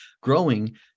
growing